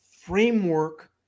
framework